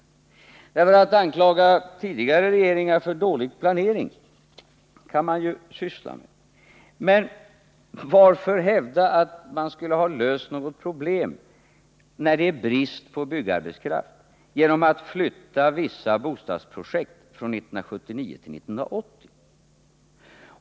Man kan visserligen ägna sig åt att anklaga tidigare regeringar för dålig planering, men varför hävdar man att man skulle ha löst något problem i ett läge med brist på byggarbetskraft, genom att flytta vissa bostadsbyggnadsprojekt från 1979 till 1980?